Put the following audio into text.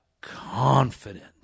confident